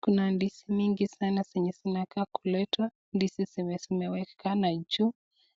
Kuna ndizi mingi sana zenye zinakaa kuletwa, ndizi zenye zimeonekana juu,